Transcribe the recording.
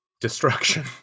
destruction